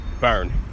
Burn